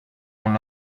con